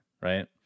right